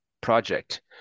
project